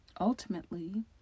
Ultimately